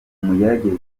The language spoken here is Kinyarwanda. mugerageze